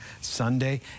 Sunday